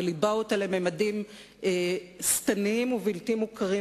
וליבה אותה לממדים שטניים ובלתי מוכרים,